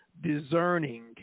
discerning